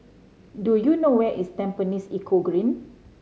do you know where is Tampines Eco Green